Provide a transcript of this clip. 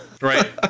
right